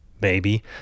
baby